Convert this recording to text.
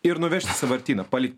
ir nuvežti į sąvartyną palikti